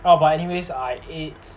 oh but anyways I ate